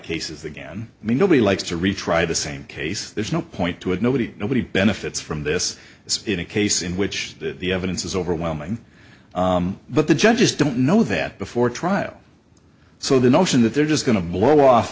cases again i mean nobody likes to retry the same case there's no point to it nobody nobody benefits from this in a case in which the evidence is overwhelming but the judges don't know that before trial so the notion that they're just going to blow off